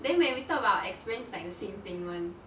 then when we talk about our experience it's like the same thing [one]